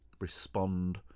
respond